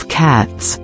cats